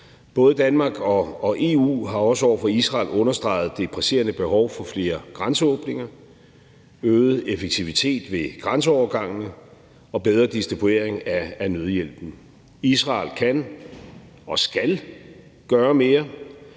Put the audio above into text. Både Danmark og EU har også over for Israel understreget det presserende behov for flere grænseåbninger, øget effektivitet ved grænseovergangene og bedre distribuering af nødhjælpen. Israel kan og skal gøre mere.